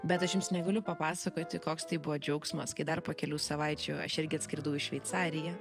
bet aš jums negaliu papasakoti koks tai buvo džiaugsmas kai dar po kelių savaičių aš irgi atskridau į šveicariją